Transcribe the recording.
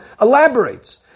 elaborates